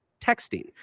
texting